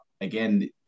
again